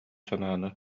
санааны